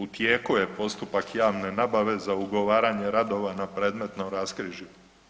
U tijeku je postupak javne nabave za ugovaranje radova na predmetnom raskrižju.